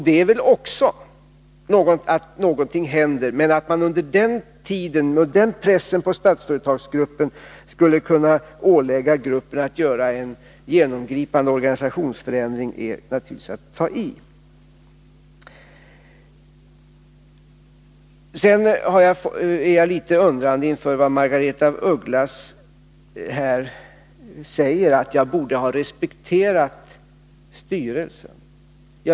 — innebär väl också att någonting händer. Men att man under den tiden, med den press som då fanns på Statsföretagsgruppen, skulle kunna ålägga gruppen att göra en genomgripande organisationsförändring är naturligtvis att ta i. Jag är litet undrande inför vad Margaretha af Ugglas här säger, att jag borde ha respekterat styrelsen.